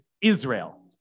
Israel